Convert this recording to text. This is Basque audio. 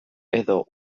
edo